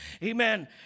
Amen